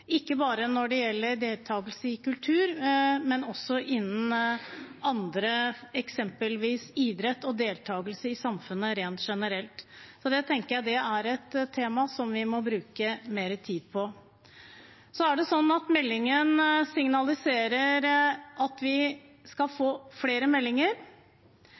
ikke bare når det gjelder deltakelse i kultur, men også innen andre felt, eksempelvis idrett og deltakelse i samfunnet rent generelt. Det tenker jeg er et tema vi må bruke mer tid på. Så er det sånn at meldingen signaliserer at vi skal få flere meldinger.